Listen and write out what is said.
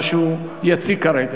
מה שהוא יציג כרגע.